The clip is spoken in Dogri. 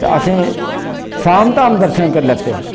ते असें शाम ताम दर्शन करी लैते